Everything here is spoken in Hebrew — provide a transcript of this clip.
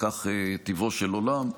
כך טבעו של עולם.